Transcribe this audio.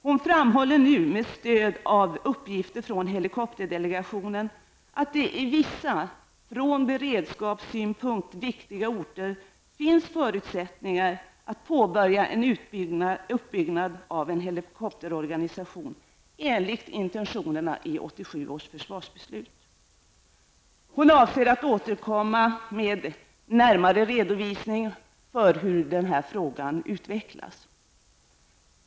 Hon framhåller nu med stöd av uppgifter från helikopterdelegationen, att det på vissa från beredskapssynpunkt viktiga orter finns förutsättningar att påbörja en uppbyggnad av en helikopterorganisation enligt intentionerna i 1987 års försvarsbeslut. Hon avser att återkomma med en närmare redovisning av hur denna fråga utvecklas.